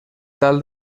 tal